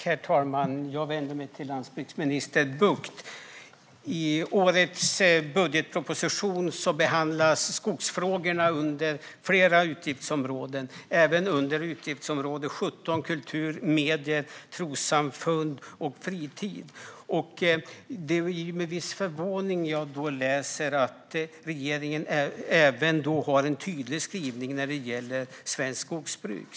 Herr talman! Jag vänder mig till landsbygdsminister Bucht. I årets budgetproposition behandlas skogsfrågorna under flera utgiftsområden, även under utgiftsområde 17 Kultur, medier, trossamfund och fritid. Det är med viss förvåning jag läser att regeringen har en tydlig skrivning när det gäller svenskt skogsbruk.